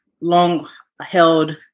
long-held